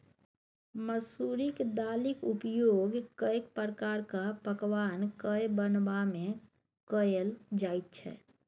मसुरिक दालिक उपयोग कैक प्रकारक पकवान कए बनेबामे कएल जाइत छै